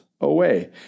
away